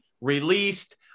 released